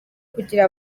kugira